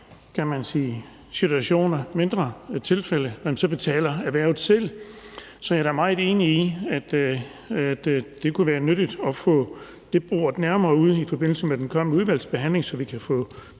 situationer, mindre tilfælde, det selv. Så jeg er da meget enig i, at det kunne være nyttigt at få det boret nærmere ud i forbindelse med den kommende udvalgsbehandling, så vi kan få